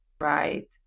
right